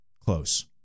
close